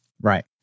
Right